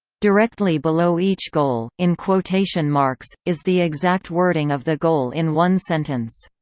directly below each goal, in quotation marks, is the exact wording of the goal in one sentence.